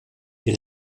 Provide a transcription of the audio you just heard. die